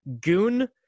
Goon